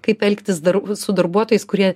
kaip elgtis dar su darbuotojais kurie